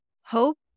Hope